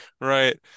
right